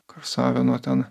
karsavino ten